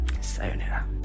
Sayonara